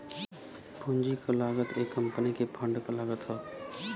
पूंजी क लागत एक कंपनी के फंड क लागत हौ